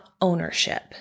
ownership